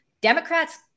Democrats